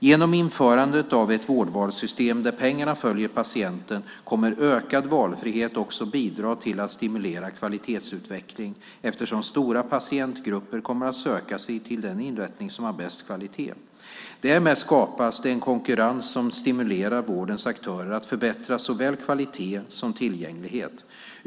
Genom införandet av ett vårdvalssystem där pengarna följer patienten kommer ökad valfrihet också att bidra till att stimulera kvalitetsutveckling eftersom stora patientgrupper kommer att söka sig till den inrättning som har bäst kvalitet. Därmed skapas det en konkurrens som stimulerar vårdens aktörer att förbättra såväl kvalitet som tillgänglighet.